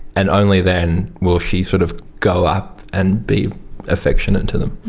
and only then will she sort of go up and be affectionate to them.